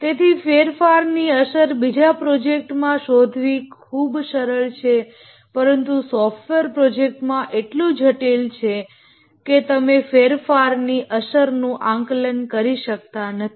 તેથી ફેરફારની અસર અન્ય પ્રોજેક્ટમાં શોધવી ખુબ સરળ છે પરંતુ સોફ્ટવેર પ્રોજેક્ટમાં એટલું જટિલ છે કે તમે ફેરફારની અસર નું એસ્ટીમેશન કરી શકતા નથી